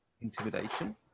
intimidation